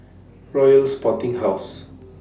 Royal Sporting House